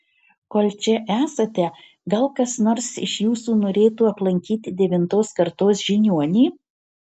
kol čia esate gal kas nors iš jūsų norėtų aplankyti devintos kartos žiniuonį